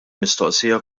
mistoqsija